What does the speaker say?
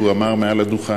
שהוא אמר מעל הדוכן.